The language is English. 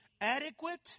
adequate